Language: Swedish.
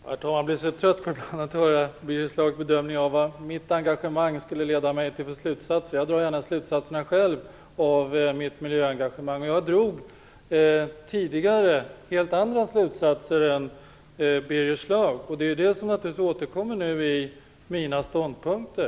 Herr talman! Jag blir litet trött på att höra Birger Schlaugs bedömning av vilka slutsatser mitt engagemang skulle leda till. Jag drar gärna slutsatserna av mitt miljöengagemang själv. Jag drog tidigare helt andra slutsatser än Birger Schlaug. Det är det som återkommer nu i mina ståndpunkter.